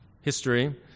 history